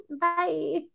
Bye